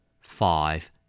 Five